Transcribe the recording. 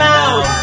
out